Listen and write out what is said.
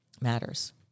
matters